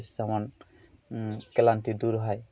যেমন ক্লান্তি দূর হয়